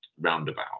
roundabout